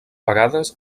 vegades